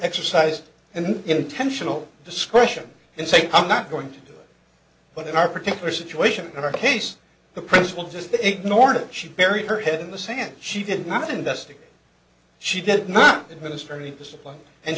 exercise and intentional discretion in saying i'm not going to but in our particular situation in our case the principal just ignored it she buried her head in the sand she did not investigate she did not ministry discipline and